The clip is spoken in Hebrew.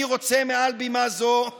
אני רוצה מעל במה זו לברך,